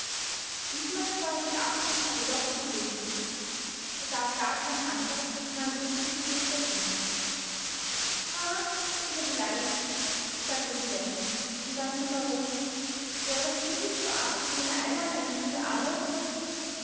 diesmal war ihm die absicht aber doch zu durchsichtig er gab gar keine antwort sondern drehte sich kurzweg um aha wieder beleidigt sagte sie lächelnd und dann zum baron wäre das wirklich so arg wenn er einmal eine stunde arbeiten möchte